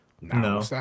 No